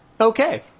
Okay